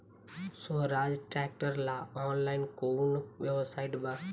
सोहराज tractor ला online कोउन website बा?